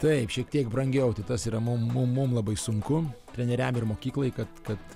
taip šiek tiek brangiau tai tas yra mum mum mum labai sunku treneriam ir mokyklai kad kad